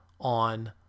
on